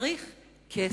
צריך כסף.